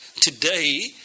today